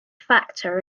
factor